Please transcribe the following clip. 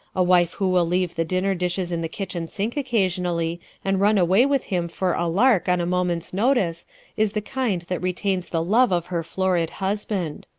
a wife who will leave the dinner dishes in the kitchen sink occasionally and run away with him for a lark on a moment's notice is the kind that retains the love of her florid husband.